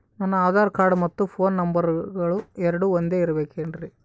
ನನ್ನ ಆಧಾರ್ ಕಾರ್ಡ್ ಮತ್ತ ಪೋನ್ ನಂಬರಗಳು ಎರಡು ಒಂದೆ ಇರಬೇಕಿನ್ರಿ?